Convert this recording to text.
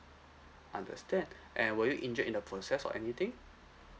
understand and were you injured in the process or anything